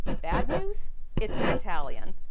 bad news it's in italian.